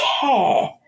care